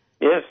Yes